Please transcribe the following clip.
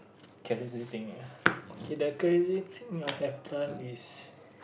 crazy thing ah I see that crazy thing I have done is